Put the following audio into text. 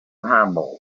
humble